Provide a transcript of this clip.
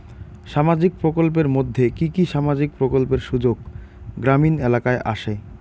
সামাজিক প্রকল্পের মধ্যে কি কি সামাজিক প্রকল্পের সুযোগ গ্রামীণ এলাকায় আসে?